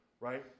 right